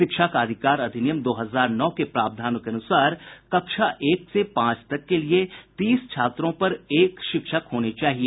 शिक्षा का अधिकार अधिनियम दो हजार नौ के प्रावधानों के अनुसार कक्षा एक से पांच तक के लिए तीस छात्रों पर एक शिक्षक होने चाहिए